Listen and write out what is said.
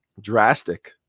Drastic